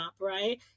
right